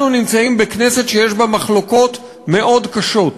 אנחנו נמצאים בכנסת שיש בה מחלוקות קשות מאוד,